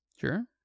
sure